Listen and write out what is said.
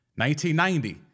1990